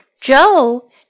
Joe